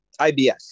IBS